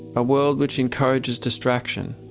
a world which encourages distraction,